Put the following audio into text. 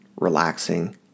relaxing